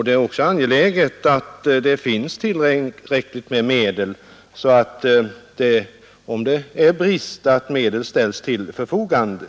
Det är därför angeläget att medel ställs till förfogande.